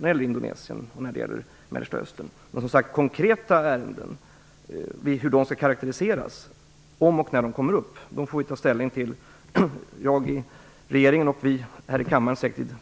till Indonesien och Mellanöstern. Men vi får ta ställning till hur konkreta ärenden skall karakteriseras, om och när de kommer upp, i framtida debatter, jag i regeringen och vi här i kammaren.